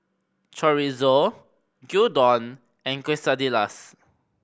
Chorizo Gyudon and Quesadillas